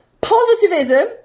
Positivism